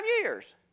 years